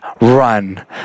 run